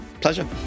Pleasure